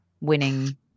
winning